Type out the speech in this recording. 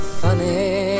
funny